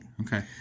Okay